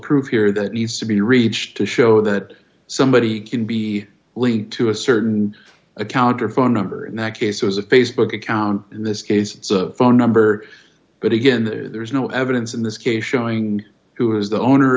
proof here that needs to be reached to show that somebody can be linked to a certain account or phone number in that case it was a facebook account in this case it's a phone number but again there's no evidence in this case showing who is the owner